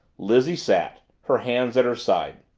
lizzie sat her hands at her sides.